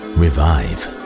revive